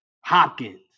Hopkins